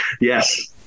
Yes